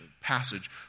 passage